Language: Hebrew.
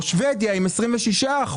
או שבדיה עם 26%,